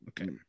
Okay